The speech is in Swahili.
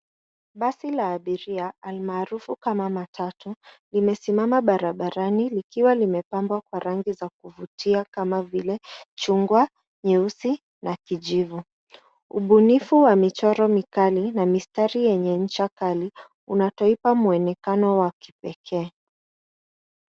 Basi la abiria almaarufu kama matatu limesimama barabarani likiwa limepambwa kwa rangi za kuvutia kama vile chungwa, nyeusi na kijivu. Ubunifu wa michoro mikali na mistari yenye ncha kali unatoipa mwonekano wa kipekee.